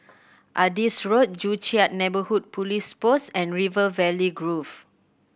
Adis Road Joo Chiat Neighbourhood Police Post and River Valley Grove